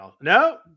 No